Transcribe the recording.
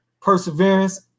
Perseverance